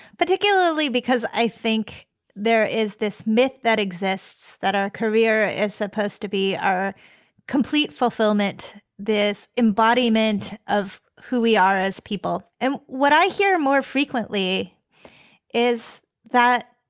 particularly because i think there is this myth that exists that a career is supposed to be a complete fulfillment, this embodiment of who we are as people. and what i hear more frequently is that.